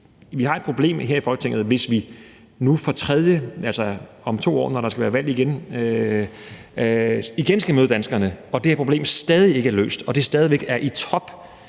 vi har et problem her i Folketinget, hvis vi om 2 år, når der skal være valg igen, igen skal møde danskerne og det her problem stadig ikke er løst og stadig væk er i top,